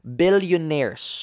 billionaires